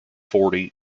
forty